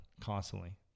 constantly